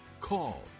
call